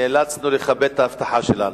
נאלצנו לכבד את ההבטחה שלנו.